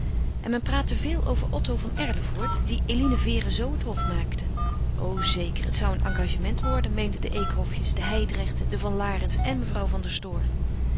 en men praatte veel over otto van erlevoort die eline vere zoo het hof maakte o zeker het zou een engagement worden meenden de eekhofjes de hijdrechten de van larens en mevrouw van der stoor